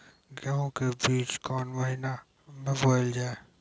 गेहूँ के बीच कोन महीन मे बोएल जाए?